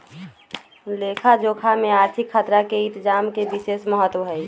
लेखा जोखा में आर्थिक खतरा के इतजाम के विशेष महत्व हइ